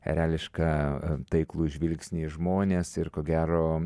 erelišką taiklų žvilgsnį į žmones ir ko gero